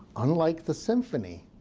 unlike the symphony,